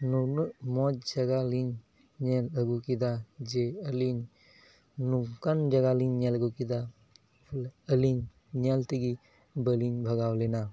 ᱱᱩᱱᱟᱹᱜ ᱢᱚᱡᱽ ᱡᱟᱭᱜᱟᱞᱤᱧ ᱧᱮᱞ ᱟᱹᱜᱩ ᱠᱮᱫᱟ ᱡᱮ ᱟᱹᱞᱤᱧ ᱱᱚᱝᱠᱟᱱ ᱡᱟᱭᱜᱟᱞᱤᱧ ᱧᱮᱞ ᱟᱹᱜᱩ ᱠᱮᱫᱟ ᱵᱚᱞᱮ ᱟᱹᱞᱤᱧ ᱧᱮᱞ ᱛᱮᱜᱮ ᱵᱟᱹᱞᱤᱧ ᱵᱷᱟᱜᱟᱣ ᱞᱮᱱᱟ